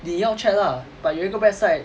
你要 check lah but 有一个 website